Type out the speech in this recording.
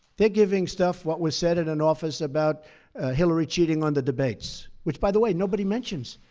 they're giving stuff what was said at an office about hillary cheating on the debates which, by the way, nobody mentions.